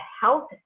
health